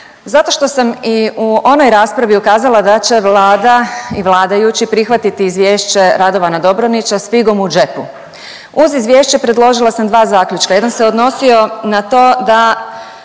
Zato što sam i u onoj raspravi ukazala da će Vlada i vladajući prihvatiti izvješće Radovana Dobronića s figom u džepu. Uz izvješće predložila sam dva zaključka, jedan se odnosio na to da